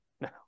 no